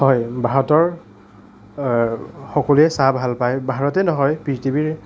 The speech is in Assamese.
হয় ভাৰতৰ সকলোৱে চাহ ভাল পায় ভাৰতেই নহয় পৃথিৱীৰ